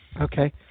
okay